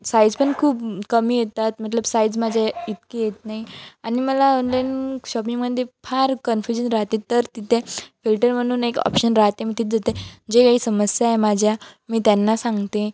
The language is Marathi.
साईज पण खूप कमी येतात मतलब साईज माझे इतकी येत नाही आणि मला ऑनलाईन शॉपिंगमध्ये फार कन्फ्युजन राहते तर तिथे फिल्टर म्हणून एक ऑप्शन राहते मी तिथे जिथे जे काही समस्या आहे माझ्या मी त्यांना सांगते